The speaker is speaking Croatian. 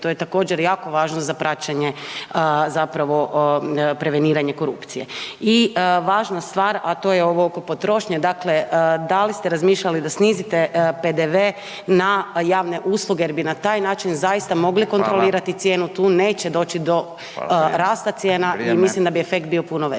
to je također, jako važno za praćenje zapravo preveniranje korupcije. I važna stvar, a to je ovo oko potrošnje, dakle, da li ste razmišljali da snizite PDV na javne usluge jer bi na taj način zaista mogli kontrolirati .../Upadica: Hvala./... cijenu, tu neće doći